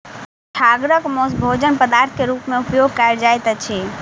छागरक मौस भोजन पदार्थ के रूप में उपयोग कयल जाइत अछि